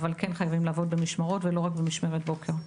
אבל כן חייבים לעבוד במשמרות ולא רק במשמרת בוקר.